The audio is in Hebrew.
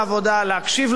להקשיב לה היטב,